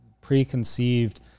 preconceived